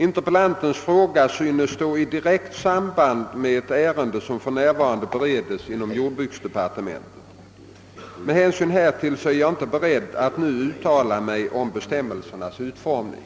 Interpellantens fråga synes stå i direkt samband med ett ärende som för närvarande bereds inom jordbruksdepartementet. Med hänsyn härtill är jag inte beredd att nu uttala mig om bestämmelsernas utformning.